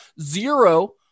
zero